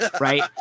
Right